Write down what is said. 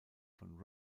von